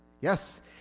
Yes